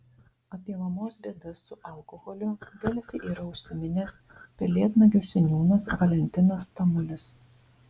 apie mamos bėdas su alkoholiu delfi yra užsiminęs pelėdnagių seniūnas valentinas tamulis